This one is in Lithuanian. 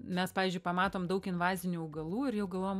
mes pavyzdžiui pamatom daug invazinių augalų ir jau galvojam